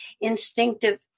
instinctive